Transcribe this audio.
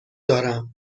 دارم